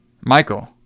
Michael